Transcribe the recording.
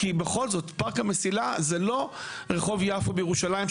כי בכל זאת פארק המסילה זה לא רחוב יפו בירושלים,